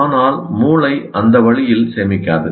ஆனால் மூளை அந்த வழியில் சேமிக்காது